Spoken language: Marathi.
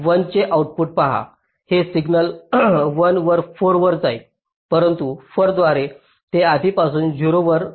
1 चे आऊटपुट पहा हे सिग्नल 1 वर 4 वर जाईल परंतु 4 द्वारे ते आधीपासूनच 0 वर आहे